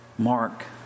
Mark